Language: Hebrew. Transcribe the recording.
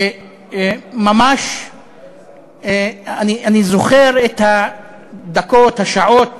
ממש אני זוכר את הדקות, השעות